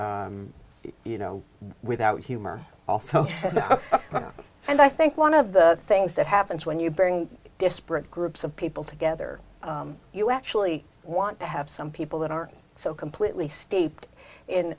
be you know without humor also and i think one of the things that happens when you bring disparate groups of people together you actually want to have some people that are so completely stayed in